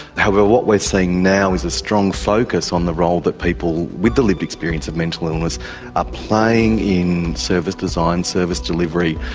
however, what we're seeing now is a strong focus on the role that people with the lived experience of mental illness are ah playing in service design, service delivery.